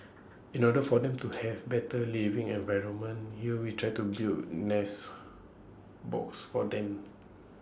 in order for them to have better living environment here we try to build nest boxes for them